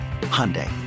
Hyundai